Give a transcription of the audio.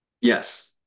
Yes